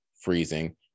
freezing